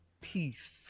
peace